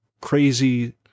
crazy